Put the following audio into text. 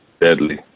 deadly